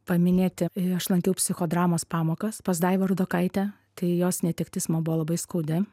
paminėti aš lankiau psichodramos pamokas pas daivą rudokaitę tai jos netektis man buvo labai skaudi